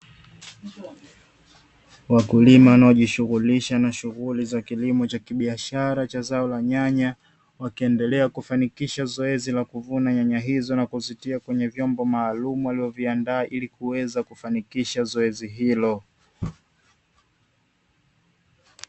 Wakulima wanaojishughulisha na shughuli za kilimo cha kibiashara cha zao la nyanya, wakendelea kufanikisha zoezi la kuvuna nyanya hizo na kuzitia kwenye vyombo maalumu walivyoviandaa ili kuweza kufanikisha zoezi hilo.